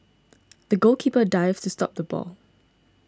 the goalkeeper dived to stop the ball